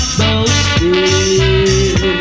boasting